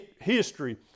history